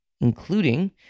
Including